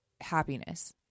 happiness